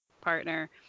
partner